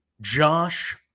Josh